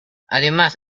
además